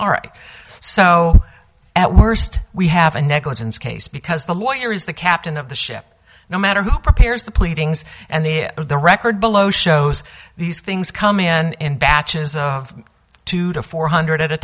are so at worst we have a negligence case because the lawyer is the captain of the ship no matter who prepares the pleadings and the of the record below shows these things coming in batches of two to four hundred at a